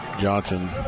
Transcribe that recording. Johnson